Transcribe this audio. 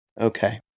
Okay